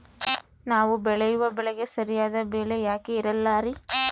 ನಾವು ಬೆಳೆಯುವ ಬೆಳೆಗೆ ಸರಿಯಾದ ಬೆಲೆ ಯಾಕೆ ಇರಲ್ಲಾರಿ?